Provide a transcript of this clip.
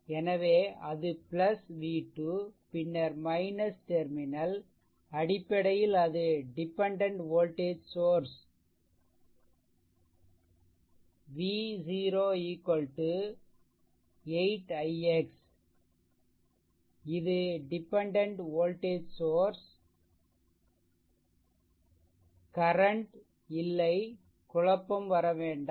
எனவே அது v2 பின்னர் டெர்மினல் அடிப்படையில் அது dependent voltage source So if you make it V 0 0 8 ix இது டிபெண்டென்ட் வோல்டேஜ் சோர்ஷ் கரன்ட் இல்லைகுழப்பம் வரவேண்டாம்